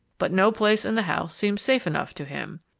but no place in the house seemed safe enough to him.